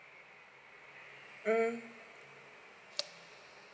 mm